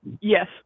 yes